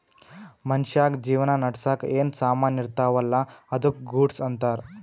ಮನ್ಶ್ಯಾಗ್ ಜೀವನ ನಡ್ಸಾಕ್ ಏನ್ ಸಾಮಾನ್ ಇರ್ತಾವ ಅಲ್ಲಾ ಅದ್ದುಕ ಗೂಡ್ಸ್ ಅಂತಾರ್